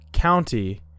county